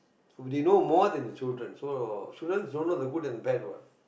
they know more than the childrens so childrens don't know the good and bad what